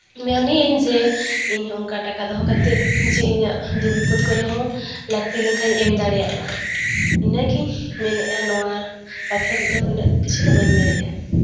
ᱢᱚᱱᱮᱭᱟᱹᱧ ᱡᱮ ᱤᱧᱦᱚᱸ ᱚᱱᱠᱟ ᱴᱟᱠᱟ ᱫᱚᱦᱚ ᱠᱟᱛᱮ ᱡᱮ ᱤᱧᱟᱹᱜ ᱫᱩᱠ ᱵᱤᱯᱚᱫ ᱠᱚᱨᱮ ᱦᱚᱸ ᱞᱟᱹᱠᱛᱤ ᱞᱮᱱᱠᱷᱟᱡ ᱤᱧ ᱮᱢ ᱫᱟᱲᱮᱭᱟᱜ ᱢᱟ ᱤᱱᱟᱹᱜᱮ ᱢᱮᱱᱮᱜᱼᱟ ᱱᱚᱣᱟ ᱵᱟᱠᱷᱨᱟ ᱛᱮᱫᱚ ᱩᱱᱟᱹᱜ ᱠᱤᱪᱷᱩ ᱫᱚ ᱵᱟᱹᱧ ᱢᱮᱱᱮᱫᱼᱟ